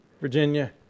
Virginia